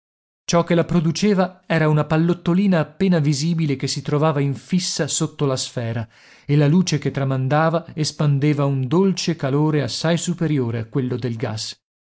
ciò che la produceva era una pallottolina appena visibile che si trovava infissa sotto la sfera e la luce che tramandava espandeva un dolce calore assai superiore a quello del gas